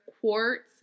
quartz